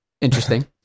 interesting